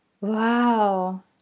Wow